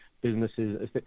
businesses